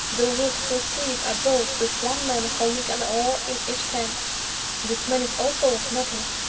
thou wilt perceive a boat with one man holding an oar in each hand this man is also of metal,